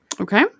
Okay